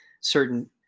certain